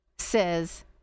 says